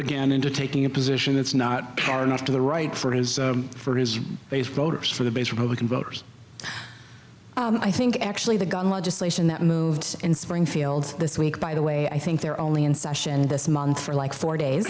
again into taking a position that's not fair enough to the right for his for his base voters for the base republican voters i think actually the gun legislation that moved in springfield this week by the way i think they're only in session this month for like four days